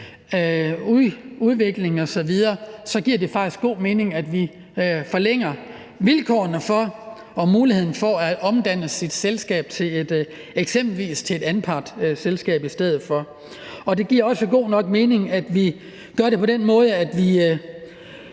udvikling osv., og så giver det faktisk god mening, at vi forlænger vilkårene for og muligheden for at omdanne sit selskab eksempelvis til et anpartsselskab i stedet for. Og det giver også god nok mening, at vi gør det på den måde, at vi